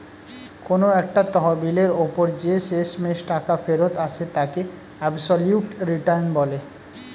কোন একটা তহবিলের ওপর যে শেষমেষ টাকা ফেরত আসে তাকে অ্যাবসলিউট রিটার্ন বলে